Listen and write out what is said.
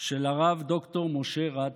של הרב ד"ר משה רט.